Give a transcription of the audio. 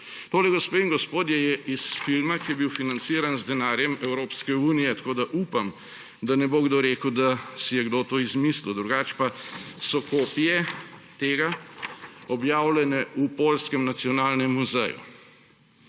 Tole, gospe in gospodje, je iz filma, ki je bil financiran z denarjem Evropske unije. Tako upam, da ne bo kdo rekel, da si je kdo to izmislil. Drugače pa so kopije tega objavljene v poljskem nacionalne muzeju.